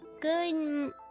good